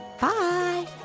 Bye